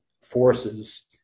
forces